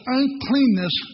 uncleanness